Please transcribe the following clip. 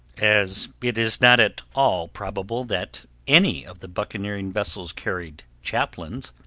as it is not at all probable that any of the buccaneering vessels carried chaplains,